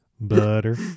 Butter